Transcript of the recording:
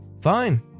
Fine